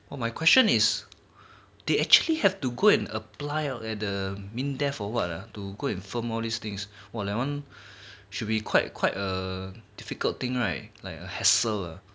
well my question is they actually have to and apply out at the MINDEF or what ah to go and film all these things for !wah! that one should be quite quite a difficult thing right like a hassle ah